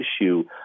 issue